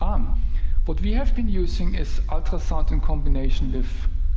um what we have been using is ultrasound in combination with